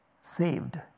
saved